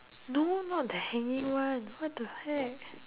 no not the hanging one what the heck